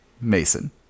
Mason